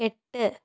എട്ട്